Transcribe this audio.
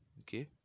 Okay